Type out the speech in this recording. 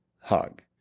hug